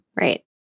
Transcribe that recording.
Right